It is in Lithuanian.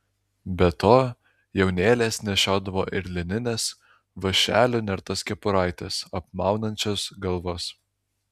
be to jaunėlės nešiodavo ir linines vąšeliu nertas kepuraites apmaunančias galvas